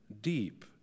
deep